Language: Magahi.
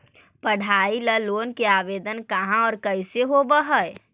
पढाई ल लोन के आवेदन कहा औ कैसे होब है?